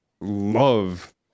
love